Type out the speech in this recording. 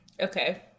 Okay